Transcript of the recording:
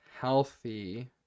healthy